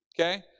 Okay